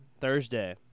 Thursday